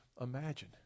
imagine